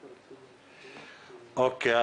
אוקיי,